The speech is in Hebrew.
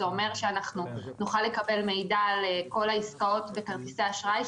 זה אומר שאנחנו נוכל לקבל מידע על כל העסקאות בכרטיסי אשראי,